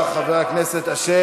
תודה רבה, חבר הכנסת אשר.